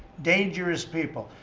dangerous people.